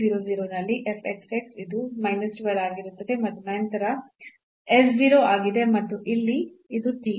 0 0 ನಲ್ಲಿ ಇದು ಆಗಿರುತ್ತದೆ ಮತ್ತು ನಂತರ s 0 ಆಗಿದೆ ಮತ್ತು ಇಲ್ಲಿ ಇದು t